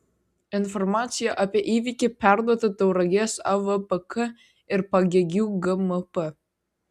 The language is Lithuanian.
informacija apie įvykį perduota tauragės avpk ir pagėgių gmp